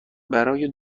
برای